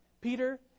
Peter